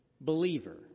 believer